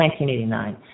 1989